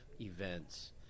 events